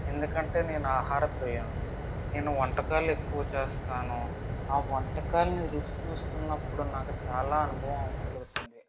ఎందుకంటే నేను ఆహార ప్రియుడ్ని నేను వంటకాలు ఎక్కువ చేస్తాను ఆ వంటకాల్ని రుచి చూస్తున్నపుడు నాకు చాలా అనుభవం కలుగుతుంది